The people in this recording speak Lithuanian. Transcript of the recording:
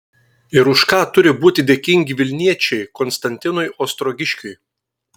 ir už ką turi būti dėkingi vilniečiai konstantinui ostrogiškiui